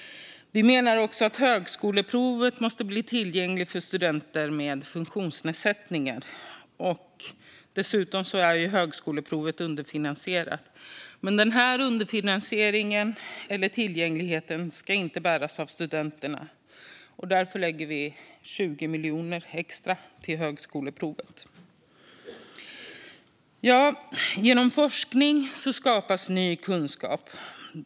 Vi menar också att högskoleprovet måste bli tillgängligt för studenter med funktionsnedsättningar. Dessutom är högskoleprovet underfinansierat. Men underfinansieringen - eller frågan om tillgängligheten - ska inte bäras av studenterna. Därför lägger vi 20 miljoner extra på högskoleprovet. Genom forskning skapas ny kunskap.